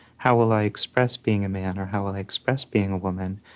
how will i express being a man or how will i express being a woman?